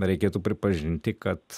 reikėtų pripažinti kad